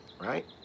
right